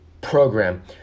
program